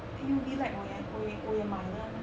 U_V light 我也我也我也买了